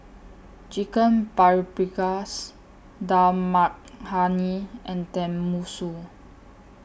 Chicken Paprikas Dal Makhani and Tenmusu